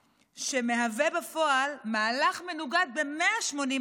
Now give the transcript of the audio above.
שמהווה בפועל מהלך המנוגד ב-180 מעלות